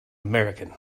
american